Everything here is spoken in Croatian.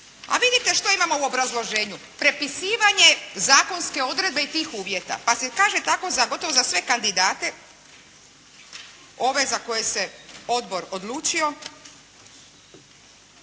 A vidite što imamo u obrazloženju, prepisivanje zakonske odredbe i tih uvjeta. Pa se kaže tako gotovo za sve kandidate ove za koje se odbor odlučio